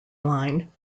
line